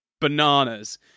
bananas